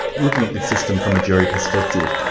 looking at the system from a jury perspective,